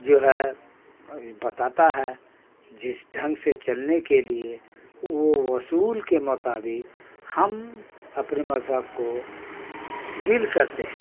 جو ہے بتاتا ہے جس ڈھنگ سے چلنے کے لیے وہ اصول کے مطابق ہم اپنے مذہب کو ڈیل کرتے ہیں